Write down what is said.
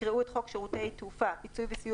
יקראו את חוק שירותי תעופה (פיצוי וסיוע